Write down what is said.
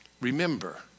Remember